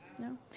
no